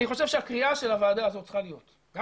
אני חושב שהקריאה של הוועדה הזאת צריכה להיות גם